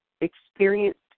experienced